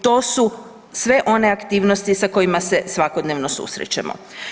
To su sve one aktivnosti sa kojima se svakodnevno susrećemo.